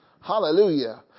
Hallelujah